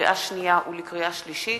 לקריאה שנייה ולקריאה שלישית,